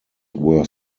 were